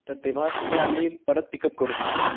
तर तेव्हा तिथे आम्ही परत पिक अप करू तुम्हाला